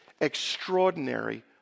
extraordinary